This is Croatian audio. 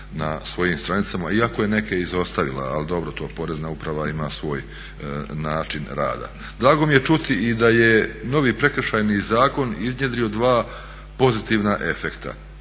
na svojim stranicama iako je neke izostavila, ali dobro to Porezna uprava ima svoj način rada. Drago mi je čuti i da je novi Prekršajni zakon iznjedrio dva pozitivna efekta.